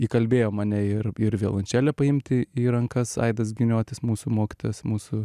įkalbėjo mane ir ir violončelę paimti į rankas aidas giniotis mūsų mokytojas mūsų